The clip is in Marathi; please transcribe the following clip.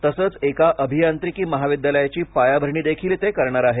तसंच एका अभियांत्रिकी महाविद्यालयाची पायाभरणीदेखील ते करणार आहेत